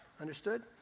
Understood